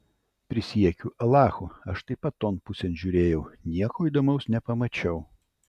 prisiekiu alachu aš taip pat ton pusėn žiūrėjau nieko įdomaus nepamačiau